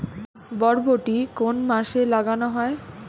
বরবটি কোন মাসে লাগানো হয়?